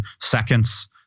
seconds